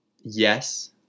Yes